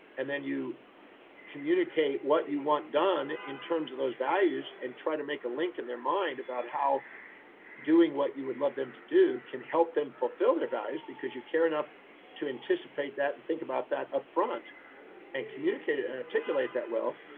and then you communicate what you want done in terms of those values and try to make a link in their mind about how doing what you would love them to do, can help them fulfill their values because you care enough to anticipate that and think about that upfront and communicate and articulate that well.